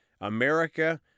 America